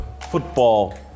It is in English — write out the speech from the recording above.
football